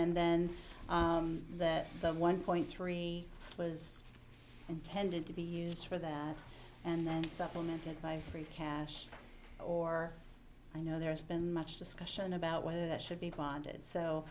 and then that the one point three was intended to be used for that and then supplemented by free cash or i know there's been much discussion about whether that should be bonded so